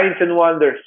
wonders